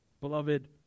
Beloved